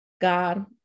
God